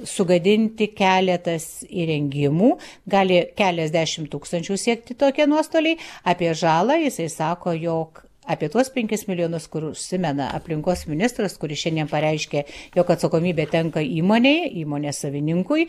sugadinti keletas įrengimų gali keliasdešimt tūkstančių siekti tokie nuostoliai apie žalą jisai sako jog apie tuos penkis milijonus kur užsimena aplinkos ministras kuri šiandien pareiškė jog atsakomybė tenka įmonei įmonės savininkui